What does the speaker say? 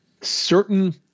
certain